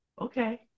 Okay